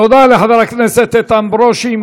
תודה לחבר הכנסת איתן ברושי.